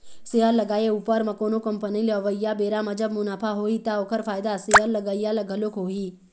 share लगाए उपर म कोनो कंपनी ल अवइया बेरा म जब मुनाफा होही ता ओखर फायदा शेयर लगइया ल घलोक होही